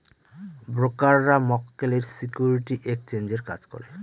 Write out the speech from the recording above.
ব্রোকাররা মক্কেলের সিকিউরিটি এক্সচেঞ্জের কাজ করে